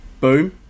boom